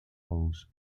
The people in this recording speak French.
rose